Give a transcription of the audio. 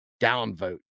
downvote